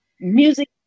music